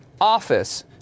office